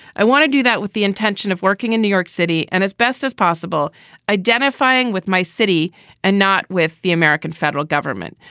i want to do that with the intention of working in new york city and as best as possible identifying with my city and not with the american federal government.